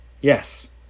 yes